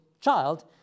child